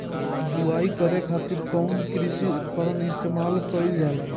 बुआई करे खातिर कउन कृषी उपकरण इस्तेमाल कईल जाला?